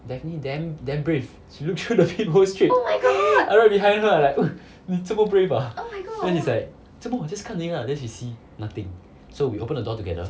daphne damn damn brave she looked through the peephole straight I right behind her I like !oi! 你这么 brave ah then she's like 做么 just 看而已啦 then she see nothing so we open the door together